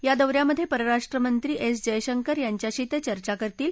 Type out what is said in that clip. या दौ यामधे परराष्ट्र मंत्री एस जयशंकर यांच्याशी ते चर्चा करतील